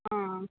ಹಾಂ